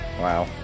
Wow